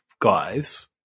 guys